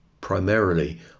primarily